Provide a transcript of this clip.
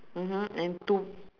mmhmm and two